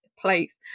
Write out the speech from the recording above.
place